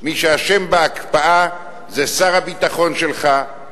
מי שאשם בהקפאה זה שר הביטחון שלך,